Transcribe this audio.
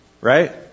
right